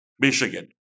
Michigan